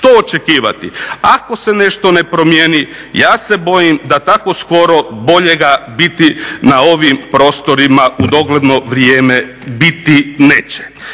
Što očekivati? Ako se nešto ne promijeni ja se bojim da tako skoro boljega biti na ovim prostorima u dogledno vrijeme biti neće.